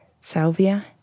Salvia